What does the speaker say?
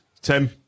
Tim